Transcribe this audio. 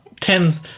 tens